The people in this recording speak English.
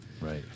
Right